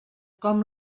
com